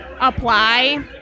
apply